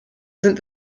sind